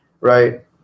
right